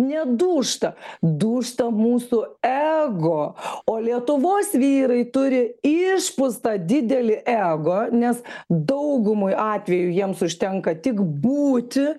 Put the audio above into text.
nedūžta dūžta mūsų ego o lietuvos vyrai turi išpūstą didelį ego nes daugumoj atvejų jiems užtenka tik būti